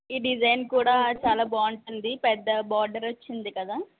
ఈ డిజైన్ కూడా చాలా బాగుంటుంది పెద్ద బోర్డరొచ్చింది కదా